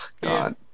God